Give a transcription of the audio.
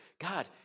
God